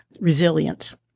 resilience